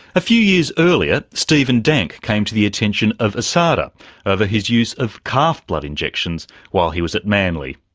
a few years earlier, stephen dank came to the attention of asada over his use of calf blood injections while he was at manly.